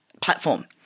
platform